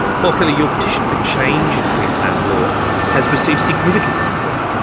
paul kelly, your petition for change in queensland law has received significant support.